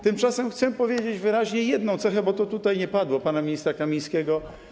Tymczasem chcę podkreślić wyraźnie jedną cechę, bo to tutaj nie padło, pana ministra Kamińskiego.